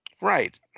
Right